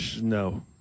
No